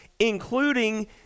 including